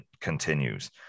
continues